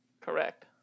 Correct